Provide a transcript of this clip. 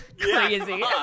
Crazy